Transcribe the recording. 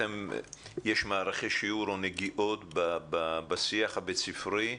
יש מערכי שיעור או נגיעות בשיח הבית ספרי,